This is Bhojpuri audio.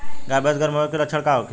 गाय भैंस गर्म होय के लक्षण का होखे?